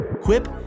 Quip